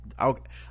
okay